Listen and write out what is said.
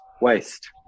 waste